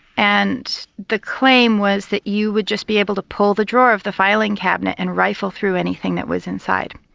and the claim was that you would just be able to pull the drawer of the filing cabinet and rifle through anything that was inside.